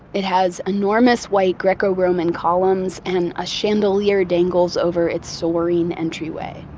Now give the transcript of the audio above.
it has enormous white greco-roman columns, and a chandelier dangles over its soaring entryway.